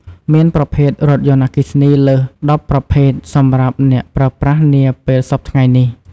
មានប្រភេទរថយន្តអគ្គិសនីលើស ១០ ប្រភេទសម្រាប់អ្នកប្រើប្រាស់នាពេលសព្វថ្ងៃនេះ។